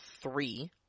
three